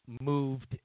Moved